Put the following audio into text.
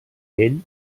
ell